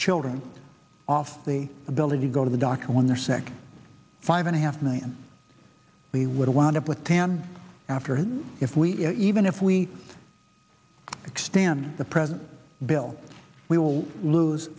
children off the ability to go to the doctor when they're sick five and a half million we would wind up with tan after if we even if we extend the present bill we will lose